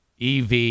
EV